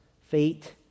fate